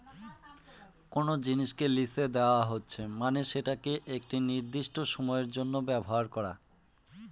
কোনো জিনিসকে লিসে দেওয়া হচ্ছে মানে সেটাকে একটি নির্দিষ্ট সময়ের জন্য ব্যবহার করা